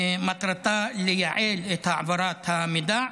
מטרתה לייעל את העברת המידע,